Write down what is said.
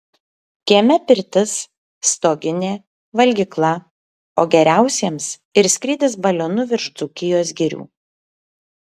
kieme pirtis stoginė valgykla o geriausiems ir skrydis balionu virš dzūkijos girių